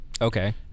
okay